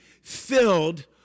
filled